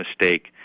mistake